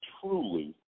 truly